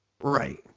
Right